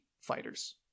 fighters